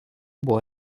buvo